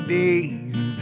days